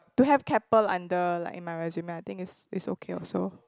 to have Keppel under like in my resume I think it's okay also